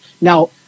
now